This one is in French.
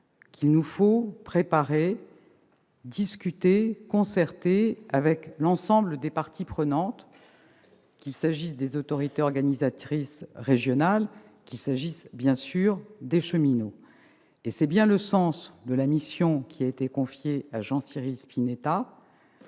que nous devons préparer et discuter avec l'ensemble des parties prenantes, qu'il s'agisse des autorités organisatrices régionales ou, bien sûr, des cheminots. C'est le sens de la mission qui a été confiée à Jean-Cyril Spinetta.